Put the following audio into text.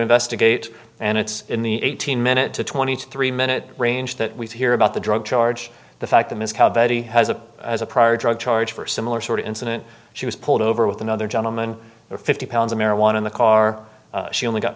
investigate and it's in the eighteen minute to twenty three minute range that we hear about the drug charge the fact that is how betty has a prior drug charge for a similar sort of incident she was pulled over with another gentleman fifty pounds of marijuana in the car she only got